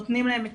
את